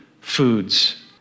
foods